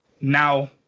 now